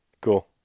Cool